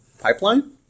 pipeline